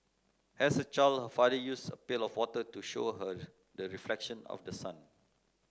as a child her father used a pail of water to show her the reflection of the sun